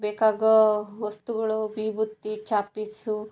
ಬೇಕಾಗೋ ವಸ್ತುಗಳು ವಿಭೂತಿ ಚಾಕ್ ಪೀಸು